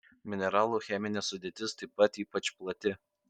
mineralų cheminė sudėtis taip pat ypač plati